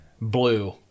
blue